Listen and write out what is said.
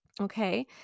Okay